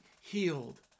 healed